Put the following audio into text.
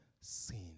sin